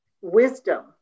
wisdom